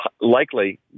likely